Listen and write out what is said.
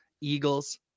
Eagles